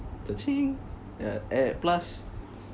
cha-ching uh eh plus